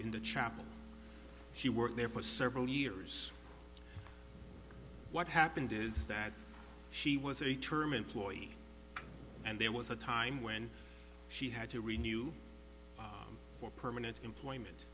in the chapel she worked there for several years what happened is that she was a term and ploy and there was a time when she had to read new for permanent employment